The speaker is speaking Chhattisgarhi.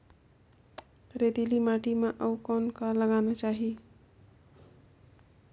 रेतीली माटी म अउ कौन का लगाना चाही?